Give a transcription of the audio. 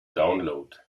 download